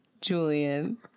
Julian